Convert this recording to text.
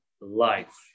life